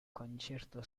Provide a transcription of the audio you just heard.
concerto